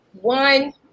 one